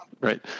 Right